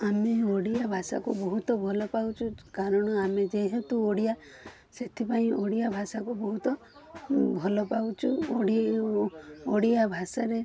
ଆମେ ଓଡ଼ିଆ ଭାଷାକୁ ବହୁତ ଭଲ ପାଉଚୁ କାରଣ ଆମେ ଯେହେତୁ ଓଡ଼ିଆ ସେଥିପାଇଁ ଓଡ଼ିଆ ଭାଷାକୁ ବହୁତ ଭଲ ପାଉଚୁ ଓଡ଼ିଆ ଭାଷାରେ